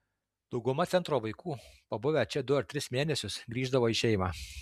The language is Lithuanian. dauguma centro vaikų pabuvę čia du ar tris mėnesius grįždavo į šeimą